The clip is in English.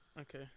Okay